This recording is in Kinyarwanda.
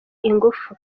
ingufu